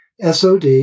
SOD